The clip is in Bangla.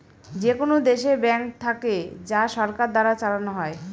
যেকোনো দেশে ব্যাঙ্ক থাকে যা সরকার দ্বারা চালানো হয়